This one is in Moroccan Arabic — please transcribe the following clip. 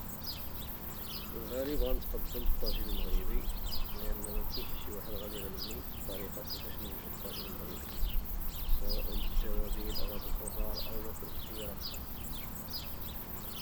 في الغالب غدي نتقدم بالطاجين المغربي لأن ماكينش ي واحد غيغلبني في الطريقة كيفاش نوجدو سواء بالتوابل أو بالخضر أولا بالاختيارات الأخرى.